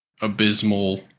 abysmal